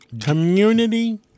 Community